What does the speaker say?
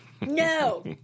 No